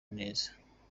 neza